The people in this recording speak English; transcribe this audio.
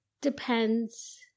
depends